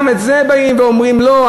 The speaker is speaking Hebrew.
גם על זה באים ואומרים: לא,